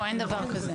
לא, אין דבר כזה.